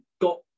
got